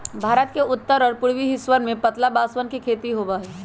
भारत के उत्तर और पूर्वी हिस्सवन में पतला बांसवन के खेती होबा हई